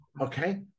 okay